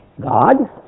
God